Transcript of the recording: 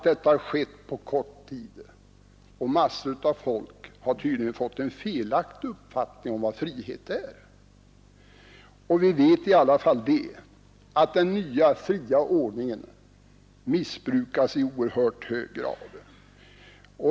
Detta har skett på kort tid och massor av folk har tydligen fått en felaktig uppfattning om vad frihet är; i varje fall missbrukas den nya fria ordningen i oerhört hög grad.